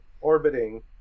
orbiting